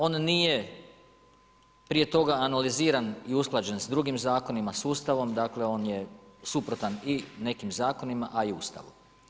On nije prije toga analiziran i usklađen s drugim zakonima, s Ustavom, dakle, on je suprotan i nekim zakonima, a i Ustavu.